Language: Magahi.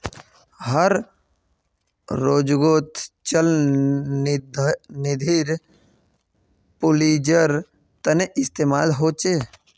हर जोगोत चल निधिर पुन्जिर तने इस्तेमाल होचे